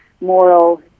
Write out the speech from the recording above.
moral